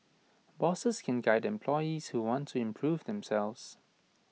bosses can guide employees who want to improve themselves